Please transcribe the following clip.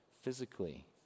physically